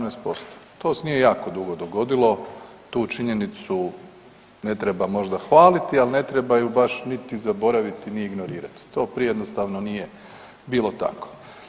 18%, to se nije jako dugo dogodilo, tu činjenicu ne treba možda hvaliti, ali ne treba ju baš niti zaboraviti ni ignorirati, to prije jednostavno nije bilo tako.